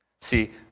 See